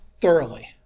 thoroughly